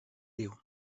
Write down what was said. diu